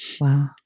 Wow